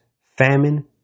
famine